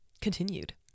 continued